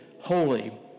holy